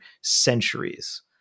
centuries